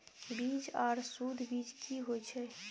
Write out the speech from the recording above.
बीज आर सुध बीज की होय छै?